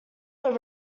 were